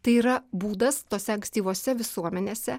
tai yra būdas tose ankstyvose visuomenėse